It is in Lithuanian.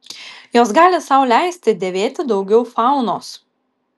jos gali sau leisti dėvėti daugiau faunos